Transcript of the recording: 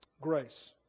grace